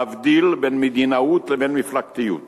להבדיל בין מדינאות לבין מפלגתיות.